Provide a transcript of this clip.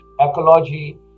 ecology